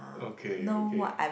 okay okay